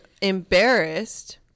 embarrassed